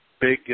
Big